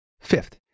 Fifth